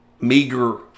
meager